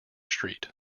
street